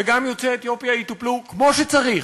וגם יוצאי אתיופיה יטופלו כמו שצריך,